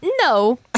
no